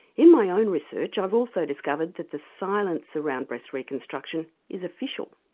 in my own research i've also discovered that the silence around breast reconstruction is official.